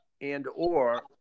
and/or